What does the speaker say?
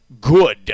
good